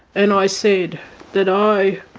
and i said that i